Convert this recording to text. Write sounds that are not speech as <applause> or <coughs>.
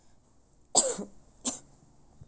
<coughs>